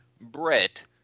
Brett